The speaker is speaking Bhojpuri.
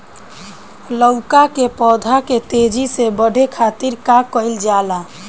लउका के पौधा के तेजी से बढ़े खातीर का कइल जाला?